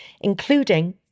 including